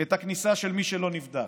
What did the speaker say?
את הכניסה של מי שלא נבדק,